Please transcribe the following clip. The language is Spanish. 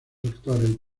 actores